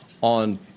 on